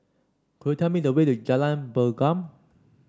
could you tell me the way to Jalan Pergam